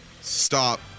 stop